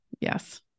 Yes